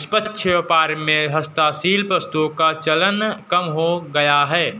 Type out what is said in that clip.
निष्पक्ष व्यापार में हस्तशिल्प वस्तुओं का चलन कम हो गया है